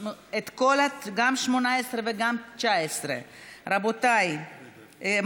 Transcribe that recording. גם 18 וגם 19. רבותיי,